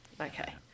Okay